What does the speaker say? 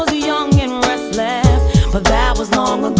young and restless but that was long um and